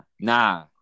nah